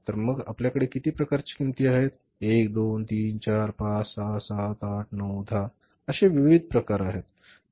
तर मग आपल्याकडे किती प्रकारच्या किंमती आहेत 1 2 3 4 5 6 7 8 9 10 चे विविध प्रकार आहेत